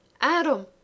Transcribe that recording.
Adam